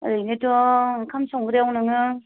ओरैनोथ' ओंखाम संग्रायाव नोङो